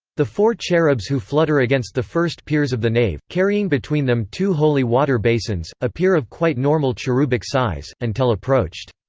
the four cherubs who flutter against the first piers of the nave, carrying between them two holy water basins, appear of quite normal cherubic size, until approached.